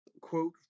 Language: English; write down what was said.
quote